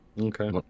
Okay